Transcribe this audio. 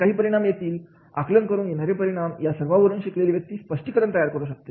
जे काही परिणाम येतील आकलन करून येणारे परिणाम या सर्वांवरून शिकलेली व्यक्ती स्पष्टीकरण तयार करू शकते